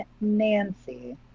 Nancy